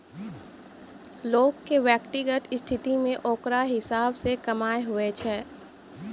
लोग के व्यक्तिगत स्थिति मे ओकरा हिसाब से कमाय हुवै छै